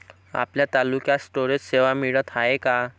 आपल्या तालुक्यात स्टोरेज सेवा मिळत हाये का?